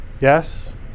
Yes